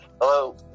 Hello